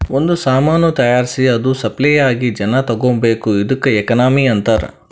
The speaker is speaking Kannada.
ಒಂದ್ ಸಾಮಾನ್ ತೈಯಾರ್ಸಿ ಅದು ಸಪ್ಲೈ ಆಗಿ ಜನಾ ತಗೋಬೇಕ್ ಇದ್ದುಕ್ ಎಕನಾಮಿ ಅಂತಾರ್